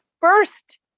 first